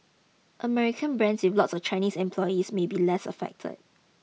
American brands with lots of Chinese employees may be less affected